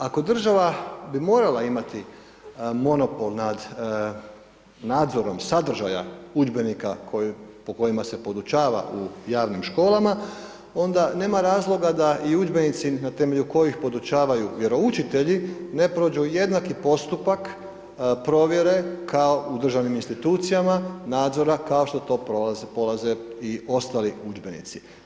Ako država bi morala imati monopol nad nadzorom sadržaja udžbenika po kojima se podučava u javnim školama, onda nema razloga da i udžbenici na temelju kojih podučavaju vjeroučitelji, ne prođu jednaki postupak provjere kao u državnim institucijama nadzora kao što to polaze i ostali udžbenici.